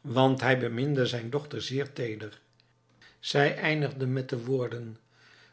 want hij beminde zijn dochter zeer teeder zij eindigde met de woorden